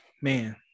man